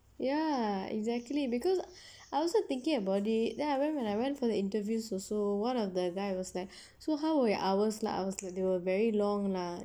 ya exactly because I also thinking about it then I went when I went for the interview also one of the guy was like so how were your hours like I was like they were very long lah